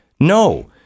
No